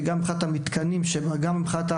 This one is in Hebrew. מבחינת המתקנים שבה ובטיחותם,